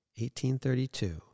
1832